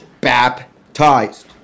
Baptized